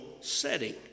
setting